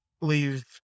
leave